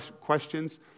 questions